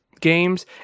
games